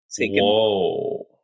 Whoa